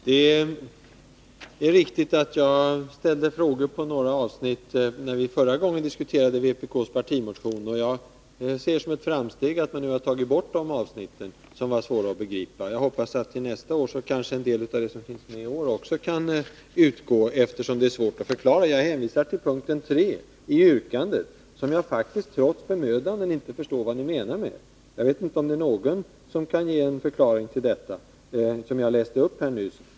Herr talman! Det är riktigt att jag ställde frågor på några avsnitt när vi förra gången diskuterade vpk:s partimotion, och jag ser det som ett framsteg att man nu har tagit bort de avsnitt som var svåra att begripa. Till nästa år kanske en del av det som finns med i år också kan utgå, eftersom det är svårt att förklara. Jag hänvisar till punkten 3 i yrkandet, som jag faktiskt trots bemödanden inte förstår vad ni menar med. Jag vet inte om någon kan ge en förklaring till det som jag nyss läste upp här.